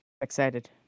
Excited